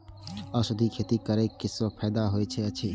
औषधि खेती करे स फायदा होय अछि?